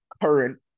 current